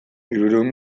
hirurehun